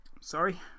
Sorry